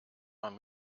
man